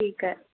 ठीकु आहे